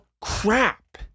crap